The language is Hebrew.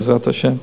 בעזרת השם,